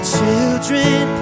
Children